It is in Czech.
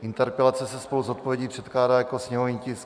Interpelace se spolu s odpovědí předkládá jako sněmovní tisk 865.